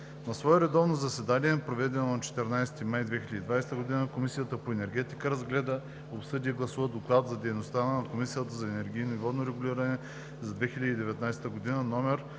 На свое редовно заседание, проведено на 14 май 2020 г., Комисията по енергетика разгледа, обсъди и гласува Доклад за дейността на Комисията за енергийно и водно регулиране за 2019 г., №